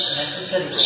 necessary